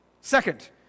Second